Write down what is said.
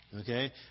okay